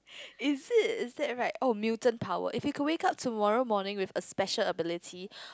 is it is it right oh mutant power if you can wake up tomorrow morning with a special ability